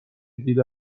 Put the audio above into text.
دیده